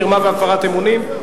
מרמה והפרת אמונים),